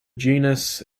genus